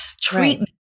treatment